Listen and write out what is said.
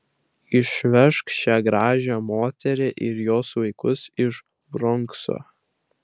išvežk šią gražią moterį ir jos vaikus iš bronkso